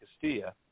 Castilla